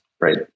Right